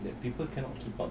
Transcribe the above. that people cannot keep up